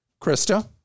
Krista